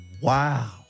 Wow